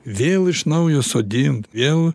vėl iš naujo sodint vėl